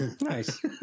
Nice